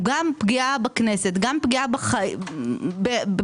גם פגיעה בכנסת וגם פגיעה בחיי הציבור.